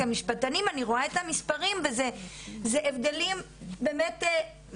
כמשפטנית אני רואה את המספרים וזה הבדלים מזעזעים.